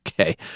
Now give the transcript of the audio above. Okay